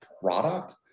product